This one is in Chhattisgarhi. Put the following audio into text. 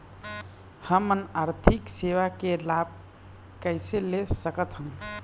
हमन आरथिक सेवा के लाभ कैसे ले सकथन?